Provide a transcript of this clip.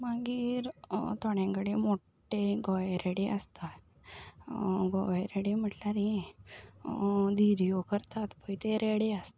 मागीर थोड्यां कडेन मोठे गवेरेडे आसता गवेरेडे म्हटल्यार हें धिऱ्यो करतात पळय ते रेडे आसतात